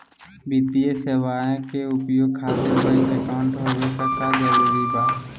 वित्तीय सेवाएं के उपयोग खातिर बैंक अकाउंट होबे का जरूरी बा?